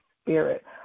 Spirit